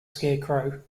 scarecrow